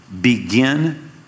Begin